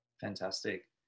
Fantastic